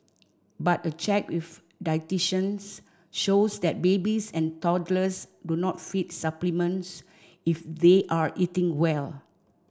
but a check with dietitians shows that babies and toddlers do not feed supplements if they are eating well